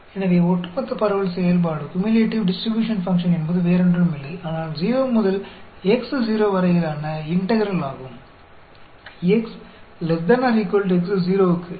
எனவே ஒட்டுமொத்த பரவல் செயல்பாடு என்பது வேறொன்றும் இல்லை ஆனால் 0 முதல் X0 வரையிலான இன்டக்ரல் ஆகும் x ≤ X0 க்கு எனவே